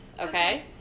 Okay